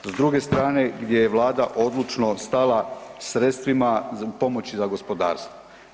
S druge strane gdje je Vlada odlučno stala sredstvima pomoći za gospodarstvo.